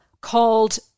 called